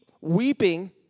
weeping